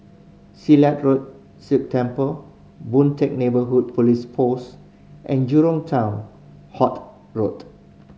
Silat Road Sikh Temple Boon Teck Neighbourhood Police Post and Jurong Town Hall Road